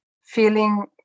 feeling